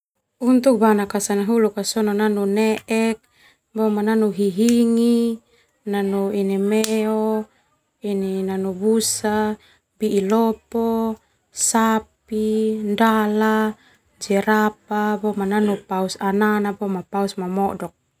Untuk bana kasanahuluk sona nanu ne'ek, nanu hihingi, nano ini meo, ini nano busa, bi'i lopo, sapi, ndala, jerapah, boma nano paus anana no paus momodok.